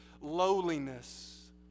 lowliness